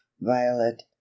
violet